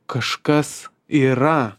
kažkas yra